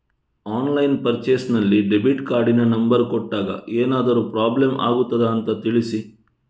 Online purchase ನಲ್ಲಿ debit ಕಾರ್ಡಿನ number ಕೊಟ್ಟಾಗ ಏನಾದರೂ ಪ್ರಾಬ್ಲಮ್ ಆಗುತ್ತದ ಅಂತ ತಿಳಿಸಿ?